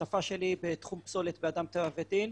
השותפה שלי בתחום פסולת באדם טבע ודין.